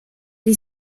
die